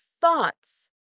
thoughts